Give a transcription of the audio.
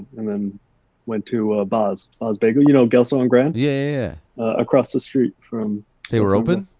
and then went to baz, baz bagel, you know, gelso and grand, yeah across the street from they were open?